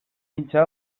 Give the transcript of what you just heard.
hitza